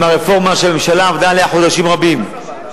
עם הרפורמה שהממשלה עבדה עליה חודשים רבים,